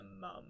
mum